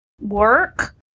work